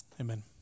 amen